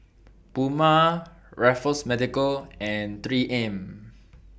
Puma Raffles Medical and three M